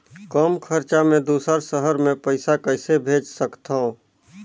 कम खरचा मे दुसर शहर मे पईसा कइसे भेज सकथव?